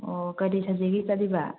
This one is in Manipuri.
ꯑꯣ ꯀꯔꯤ ꯁꯕꯖꯦꯛꯀꯤ ꯆꯠꯂꯤꯕ